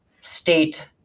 state